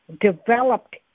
developed